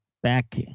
Back